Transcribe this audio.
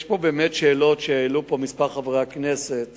יש פה באמת שאלות שהעלו כמה חברי כנסת